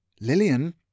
Lillian